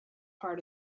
part